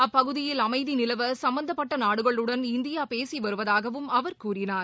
அப்பகுதியில் அமைதிநிலவசம்பந்தப்பட்டநாடுகளுடன் இந்தியாபேசிவருவதாகவும் அவர் கூறினார்